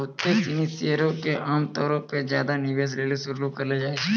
बहुते सिनी शेयरो के आमतौरो पे ज्यादे निवेश लेली शुरू करलो जाय छै